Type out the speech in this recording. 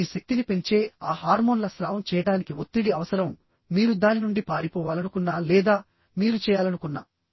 అంటే మీ శక్తిని పెంచే ఆ హార్మోన్ల స్రావం చేయడానికి ఒత్తిడి అవసరం మీరు దాని నుండి పారిపోవాలనుకున్నా లేదా మీరు చేయాలనుకున్నా